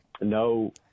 no